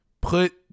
put